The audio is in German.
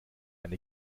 eine